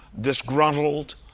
disgruntled